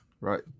Right